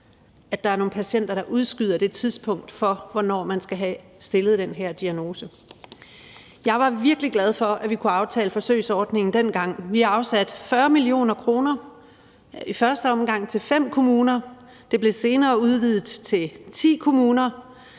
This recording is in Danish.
at der er nogle patienter, der udskyder tidspunktet for, hvornår man skal have stillet den her diagnose. Jeg var virkelig glad for, at vi kunne aftale forsøgsordningen dengang. Vi afsatte 40 mio. kr., i første omgang til fem kommuner, det blev senere udvidet til ti kommuner,